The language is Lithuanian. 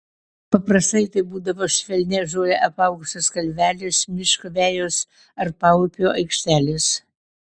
paprastai tai būdavo švelnia žole apaugusios kalvelės miško vejos ar paupio aikštelės